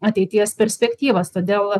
ateities perspektyvas todėl